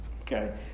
Okay